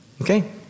Okay